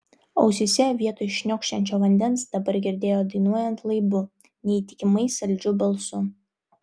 ausyse vietoj šniokščiančio vandens dabar girdėjo dainuojant laibu neįtikimai saldžiu balsu